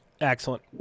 Excellent